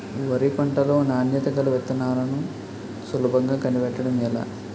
వరి పంట లో నాణ్యత గల విత్తనాలను సులభంగా కనిపెట్టడం ఎలా?